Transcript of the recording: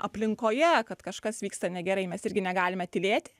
aplinkoje kad kažkas vyksta negerai mes irgi negalime tylėti